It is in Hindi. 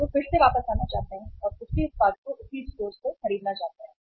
और वे फिर से वापस आना चाहते हैं और उसी उत्पाद को उसी स्टोर से खरीदना चाहते हैं